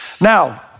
Now